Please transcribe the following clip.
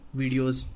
videos